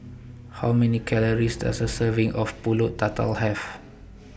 How Many Calories Does A Serving of Pulut Tatal Have